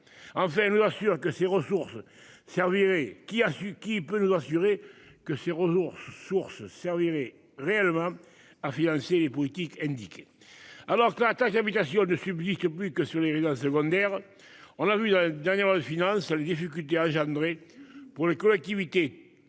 a su qui peut nous assurer que ces ressources. Source servirait réellement à financer les politiques indiqué alors que la taxe d'habitation ne subsiste plus que sur les réseaux secondaires. On a vu la dernière finale les difficultés engendrées. Pour les collectivités